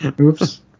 Oops